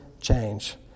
change